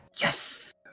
Yes